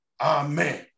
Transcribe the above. Amen